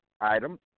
item